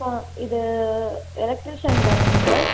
ஆ இது எலெக்ட்ரிஷன் தானே நீங்கள்